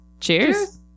Cheers